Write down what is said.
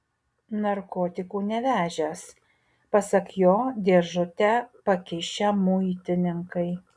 narkotikų nevežęs pasak jo dėžutę pakišę muitininkai